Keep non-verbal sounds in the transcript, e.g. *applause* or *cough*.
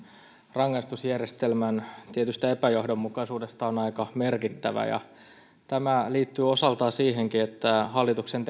rangaistusjärjestelmän tietystä epäjohdonmukaisuudesta on aika merkittävä ja tämä liittyy osaltaan siihenkin että hallituksen *unintelligible*